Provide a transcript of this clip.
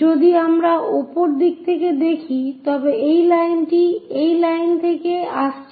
যদি আমরা উপর থেকে দেখি তবে এই লাইনটি এই লাইন থেকে আসছে